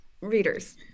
readers